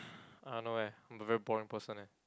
I don't know leh I'm a very boring person leh